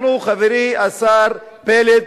חברי השר פלד,